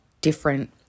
different